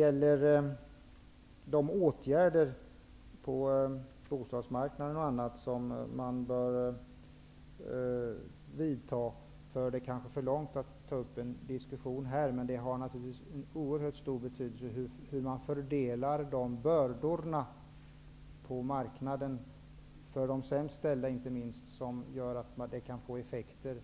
Vilka åtgärder på bostadsmarknaden som bör vidtas skall vi kanske inte ta upp en diskussion här, men det har naturligtvis en oerhört stor betydelse för fördelningen av bördorna på marknaden, inte minst för de sämst ställda. Det kan få effekter